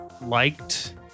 liked